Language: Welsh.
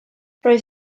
roedd